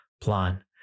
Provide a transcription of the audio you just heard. plan